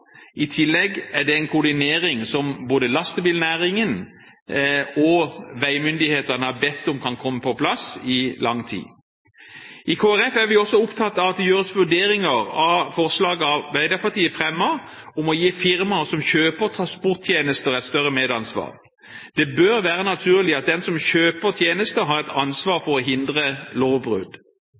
I tillegg er det en koordinering som både lastebilnæringen og veimyndighetene i lang tid har bedt om kan komme på plass. I Kristelig Folkeparti er vi også opptatt av at det gjøres vurderinger av forslagene Arbeiderpartiet fremmer, om å gi firmaer som kjøper transporttjenester, et større medansvar. Det bør være naturlig at den som kjøper tjenester, har et ansvar for å hindre lovbrudd.